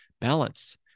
balance